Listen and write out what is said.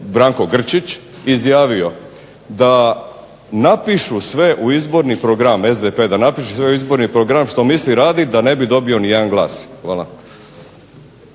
Branko Grčić izjavio da napišu sve u izborni program, SDP da napiše sve u izborni program što misli raditi da ne bi dobio nijedan glas. Hvala.